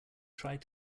tried